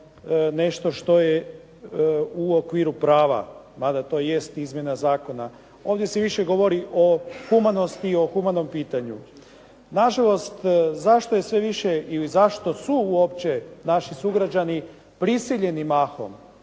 nešto što je u okviru prava, ma da to jest izmjena zakona. Ovdje se više govori o humanosti i o humanom pitanju. Nažalost, zašto je sve više ili zašto su uopće naši sugrađani prisiljeni mahom?